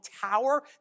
tower